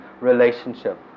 relationship